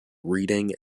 reading